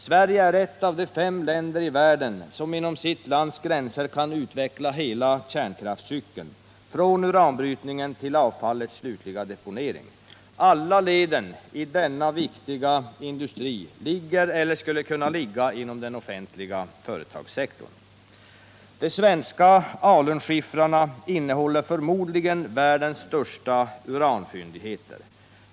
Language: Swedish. Sverige är ett av de fem länder i världen som inom sitt lands gränser kan utveckla hela kärnkraftscykeln, från uranbrytningen till avfallets slutliga deponering. Alla leden i denna viktiga industri ligger eller skulle kunna ligga inom den offentliga företagssektorn. De svenska alunskiffrarna innehåller förmodligen världens största uranfyndigheter.